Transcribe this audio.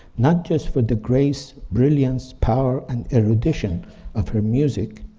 not just for the grace, brilliance, power, and erudition of her music,